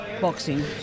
boxing